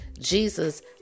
Jesus